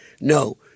No